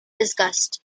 disgust